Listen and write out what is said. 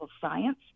Science